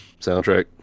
soundtrack